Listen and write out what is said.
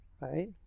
Right